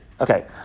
Okay